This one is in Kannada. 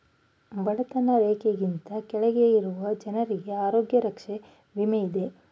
ಬಡತನ ರೇಖೆಗಿಂತ ಕೆಳಗೆ ಇರುವ ಜನರಿಗೆ ಆರೋಗ್ಯ ರಕ್ಷೆ ವಿಮೆ ಇದೆ